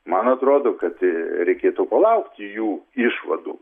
man atrodo kad reikėtų palaukti jų išvadų